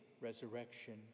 resurrection